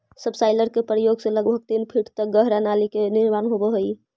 subsoiler के प्रयोग से लगभग तीन फीट तक गहरा नाली के निर्माण होवऽ हई